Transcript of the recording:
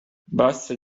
بسه